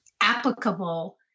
applicable